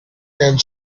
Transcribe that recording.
and